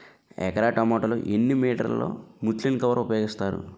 ఎకర టొమాటో లో ఎన్ని మీటర్ లో ముచ్లిన్ కవర్ ఉపయోగిస్తారు?